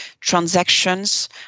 transactions